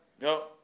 No